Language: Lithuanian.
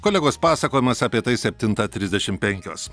kolegos pasakojimas apie tai septintą trisdešim penkios